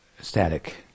static